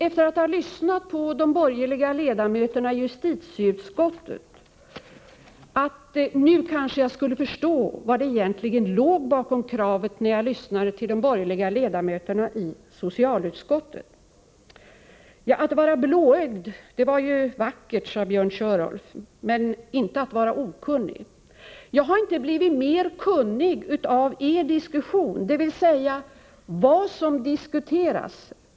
Efter att ha lyssnat på de borgerliga ledamöterna i justitieutskottet tänkte jag att jag kanske skulle förstå vad som egentligen låg bakom kravet på kriminalisering när jag lyssnade på de borgerliga ledamöterna i socialutskottet. Att vara blåögd var vackert, sade Björn Körlof, men inte att vara okunnig. Jag har inte blivit mer kunnig av er debatt. Vad är det egentligen som diskuteras?